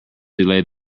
delayed